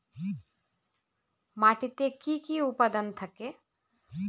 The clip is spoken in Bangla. মাটিতে কি কি উপাদান থাকে?